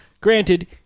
granted